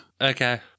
Okay